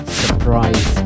surprise